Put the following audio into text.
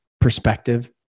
perspective